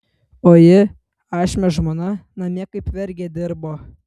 o ji ašmio žmona namie kaip vergė dirbo